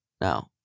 now